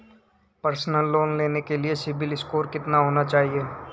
Personal loan लेने के लिए सिबिल स्कोर कितना होना चाहिए?